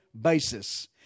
basis